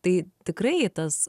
tai tikrai tas